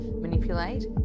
manipulate